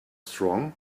strong